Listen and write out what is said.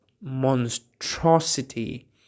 monstrosity